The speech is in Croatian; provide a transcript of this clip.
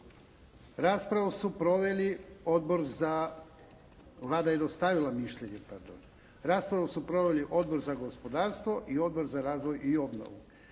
Raspravu su proveli Odbor za gospodarstvo i Odbor za razvoj i obnovu.